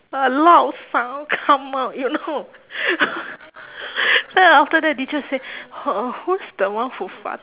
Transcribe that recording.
a loud sound come out you know then after that teacher say oh who's the one who fart~